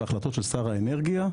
בהחלטות של שר האנרגיה,